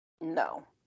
No